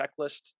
checklist